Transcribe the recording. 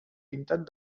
pintat